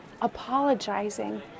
apologizing